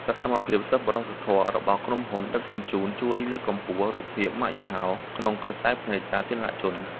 សកម្មភាពសប្បុរសធម៌របស់ក្រុមហ៊ុនដឹកជញ្ជូនជួយលើកកម្ពស់រូបភាពម៉ាកយីហោក្នុងក្រសែភ្នែកសាធារណជន។